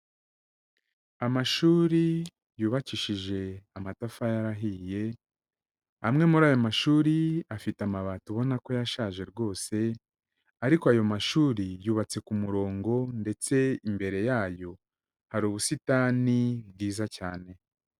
Amashuri yubakishije amatafari ahiye, amwe muri ayo mashuri afite amabati ubona ko yashaje rwose ariko ayo mashuri yubatse ku murongo ndetse imbere yayo hari ubusitani bwiza cyane.